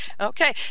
Okay